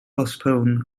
postpone